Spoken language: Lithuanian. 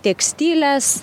ir tekstilės